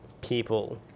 people